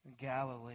Galilee